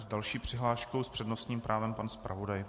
S další přihláškou s přednostním právem pan zpravodaj.